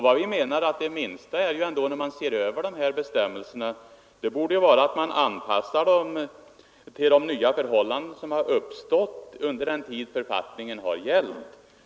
Vi menar att det minsta man kan göra när dessa bestämmelser ses över borde vara att anpassa dem till de nya förhållanden som uppstått under den tid författningen har gällt.